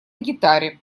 гитаре